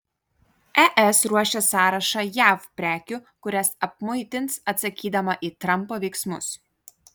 es ruošia sąrašą jav prekių kurias apmuitins atsakydama į trampo veiksmus